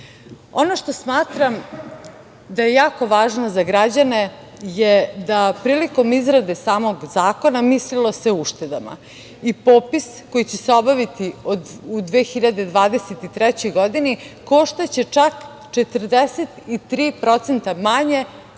što smatram da je jako važno za građane je da prilikom izrade samog zakona mislilo se o uštedama. Popis koji će se obaviti u 2023. godini koštaće čak 43% manje